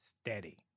Steady